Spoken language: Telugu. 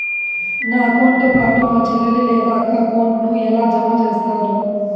నా అకౌంట్ తో పాటు మా చెల్లి లేదా అక్క అకౌంట్ ను ఎలా జామ సేస్తారు?